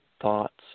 thoughts